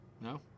No